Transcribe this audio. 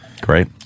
Great